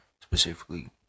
specifically